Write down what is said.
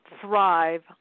thrive